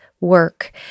work